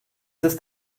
ist